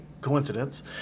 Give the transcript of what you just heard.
coincidence